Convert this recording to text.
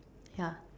ya